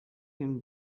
him